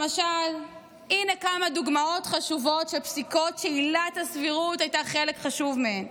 הנה כמה דוגמאות חשובות של פסיקות שעילת הסבירות הייתה חלק חשוב מהן: